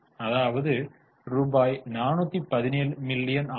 அதாவது ரூபாய் 417 மில்லியன் ஆகும்